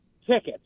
tickets